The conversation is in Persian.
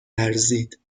لرزید